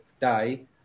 day